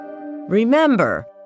Remember